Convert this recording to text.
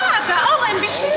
למה, אורן, בשביל